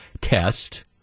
test